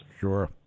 Sure